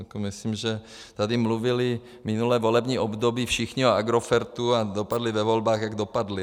Myslím, že tady mluvili minulé volební období všichni o Agrofertu a dopadli ve volbách, jak dopadli.